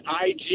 IG